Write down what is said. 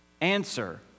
Answer